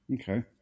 Okay